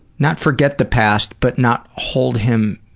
not forget the past but not hold him.